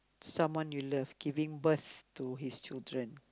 someone you love giving birth to his children